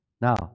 Now